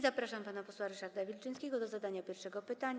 Zapraszam pana posła Ryszarda Wilczyńskiego do zadania pierwszego pytania.